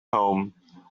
home